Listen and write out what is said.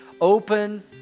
open